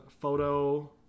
photo